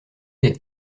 des